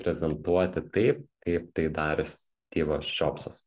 prezentuoti taip kaip tai darė stivas džobsas